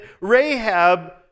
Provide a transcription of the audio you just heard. Rahab